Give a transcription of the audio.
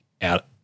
out